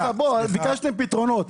סליחה, בוא, ביקשתם פתרונות.